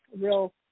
real